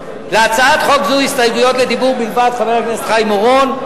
להצעת חוק זו הסתייגויות לדיבור בלבד של חבר הכנסת חיים אורון.